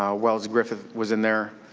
um wells griffith was in there,